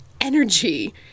energy